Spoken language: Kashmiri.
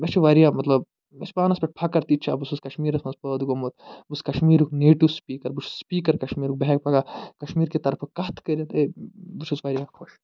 مےٚ چھُ وارِیاہ مطلب مےٚ چھُ پانس پٮ۪ٹھ فخر تہِ تہِ چھا بہٕ چھُس کشمیٖرس منٛز پٲدٕ گوٚمُت بہٕ چھُس کشمیٖرُک نیٹو سِپیٖکر بہٕ چھُ سِپیٖکر کشمیٖرُک بہٕ ہٮ۪کہٕ پگاہ کشمیٖر کہِ طرفہٕ کتھ کٔرِتھ اے بہٕ چھُس وارِیاہ خۄش